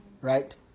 Right